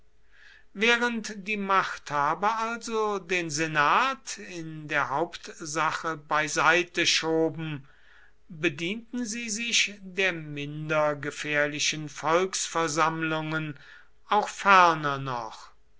während die machthaber also den senat in der hauptsache beiseite schoben bedienten sie sich der minder gefährlichen volksversammlungen auch ferner noch